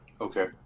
Okay